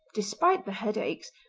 despite the headaches,